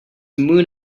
moon